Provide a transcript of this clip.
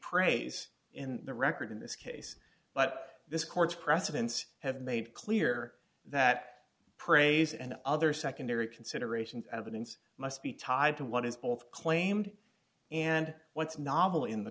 praise in the record in this case but this court's precedents have made clear that praise and other secondary consideration of evidence must be tied to what is both claimed and what's novel in the